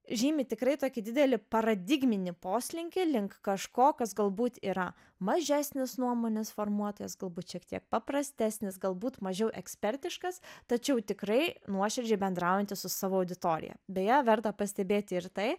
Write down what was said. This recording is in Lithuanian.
žymi tikrai tokį didelį paradigminį poslinkį link kažko kas galbūt yra mažesnis nuomonės formuotojas galbūt šiek tiek paprastesnis galbūt mažiau ekspertiškas tačiau tikrai nuoširdžiai bendraujantis su savo auditorija beje verta pastebėti ir tai